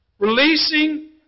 Releasing